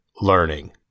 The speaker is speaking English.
Learning